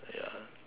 ya